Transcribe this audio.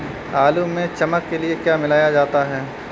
आलू में चमक के लिए क्या मिलाया जाता है?